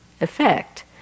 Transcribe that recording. effect